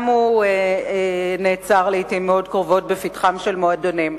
גם הוא נעצר לעתים מאוד קרובות בפתחם של מועדונים.